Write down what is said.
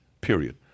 period